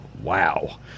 Wow